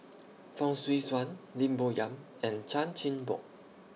Fong Swee Suan Lim Bo Yam and Chan Chin Bock